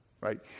Right